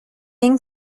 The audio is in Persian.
این